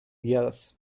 guiadas